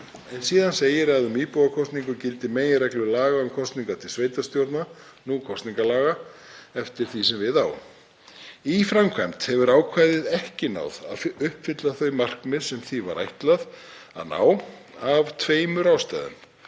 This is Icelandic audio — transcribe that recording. en síðan sagði að um atkvæðagreiðsluna ættu að gilda meginreglur laga um kosningar til sveitarstjórna, nú kosningalaga, eftir því sem við ætti. Í framkvæmd hefur ákvæðið ekki náð að uppfylla þau markmið sem því var ætlað að ná af tveimur ástæðum.